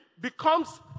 becomes